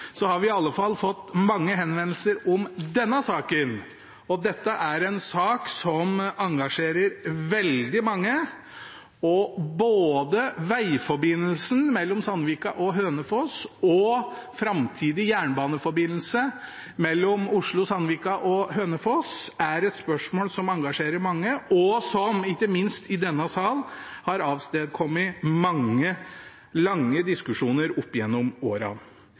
har vi i alle fall fått mange henvendelser om denne saken. Dette er en sak som engasjerer veldig mange. Vegforbindelsen mellom Sandvika og Hønefoss, og framtidig jernbaneforbindelse mellom Oslo, Sandvika og Hønefoss, er spørsmål som engasjerer mange, og som ikke minst – i denne sal – har avstedkommet mange lange diskusjoner opp gjennom